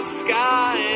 sky